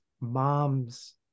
mom's